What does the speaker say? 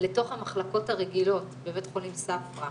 לתוך המחלקות הרגילות בבית חולים ספרא,